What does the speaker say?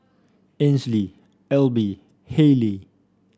Ainsley Elby Hayleigh